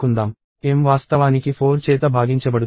m వాస్తవానికి 4 చేత భాగించబడుతుంది